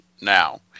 Now